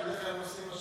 כי בדרך כלל הם עושים מה,